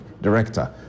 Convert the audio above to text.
Director